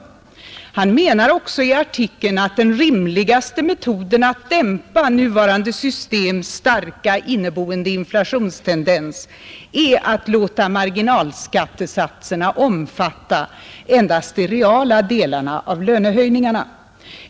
Han menar också i artikeln, att den rimligaste metoden att dämpa nuvarande systems starka inneboende inflationstendens är att låta marginalskattesatserna omfatta endast de reala delarna av lönehöjningarna.